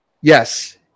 yes